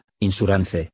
insurance